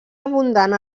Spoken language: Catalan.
abundant